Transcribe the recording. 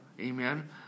amen